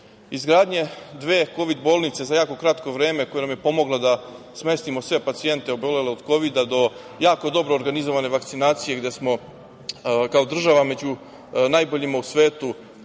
izgradnje dve kovid bolnice za jako kratko vreme koje su nam pomogle da smestimo sve pacijente obolele od Kovida, do jako dobro organizovane vakcinacije, gde smo kao država među najboljima u